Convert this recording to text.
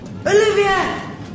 Olivia